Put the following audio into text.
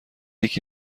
یکی